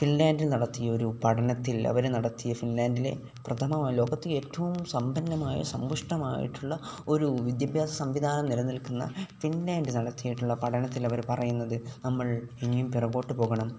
ഫിൻലാൻഡിൽ നടത്തിയ ഒരു പഠനത്തിൽ അവർ നടത്തിയ ഫിൻലാൻഡിലെ പ്രഥമമായ ലോകത്ത് ഏറ്റവും സമ്പന്നമായ സംബുഷ്ടമായിട്ടുള്ള ഒരു വിദ്യാഭ്യാസ സംവിധാനം നിലനിൽക്കുന്ന ഫിൻലാൻഡിൽ നടത്തിയിട്ടുള്ള പഠനത്തിൽ അവർ പറയുന്നത് നമ്മൾ ഇനിയും പുറകോട്ട് പോകണം